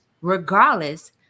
regardless